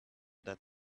that